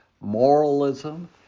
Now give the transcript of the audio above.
moralism